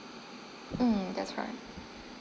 mm that's right